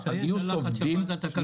תציין את הלחץ של ועדת הכלכלה גם.